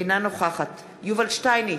אינה נוכחת יובל שטייניץ,